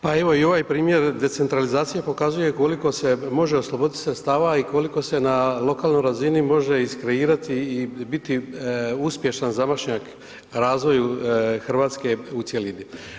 Pa evo, i ovaj primjer decentralizacije pokazuje koliko se može osloboditi sredstava i koliko se na lokalnoj razini može iskreirati i biti uspješan zamašnjak razvoju Hrvatske u cjelini.